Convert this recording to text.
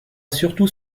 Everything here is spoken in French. surtout